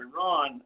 Iran